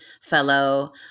fellow